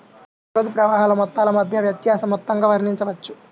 నగదు ప్రవాహాల మొత్తాల మధ్య వ్యత్యాస మొత్తంగా వర్ణించవచ్చు